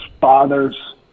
fathers